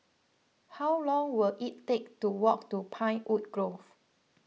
how long will it take to walk to Pinewood Grove